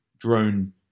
drone